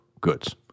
goods